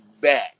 back